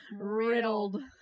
Riddled